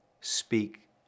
speak